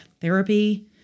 therapy